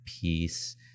peace